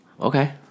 Okay